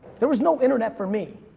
there was no internet for me.